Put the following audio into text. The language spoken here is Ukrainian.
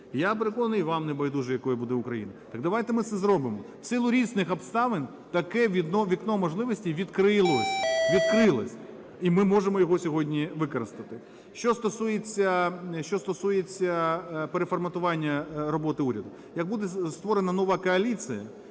Я переконаний, і вам не байдуже, якою буде Україна. Так давайте ми це зробимо. В силу різних обставин таке вікно можливості відкрилось, відкрилось, і ми можемо його сьогодні використати. Що стосується переформатування роботи уряду. Як буде створена нова коаліція,